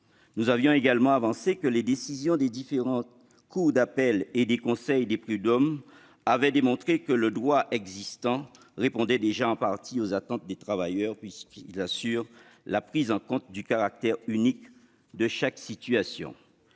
Nous avions également avancé que les décisions des différentes cours d'appel et des conseils de prud'hommes avaient démontré que le droit existant répondait déjà en partie aux attentes des travailleurs, puisqu'il assure la prise en compte du caractère unique de chaque situation.